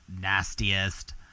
nastiest